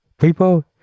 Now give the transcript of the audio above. people